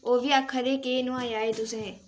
ओह् बी आक्खा दे हे केह् नोआएआ एह् तुसें